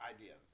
ideas